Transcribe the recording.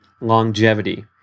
longevity